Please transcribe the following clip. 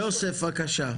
יוסף, בבקשה.